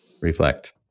reflect